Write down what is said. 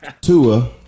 Tua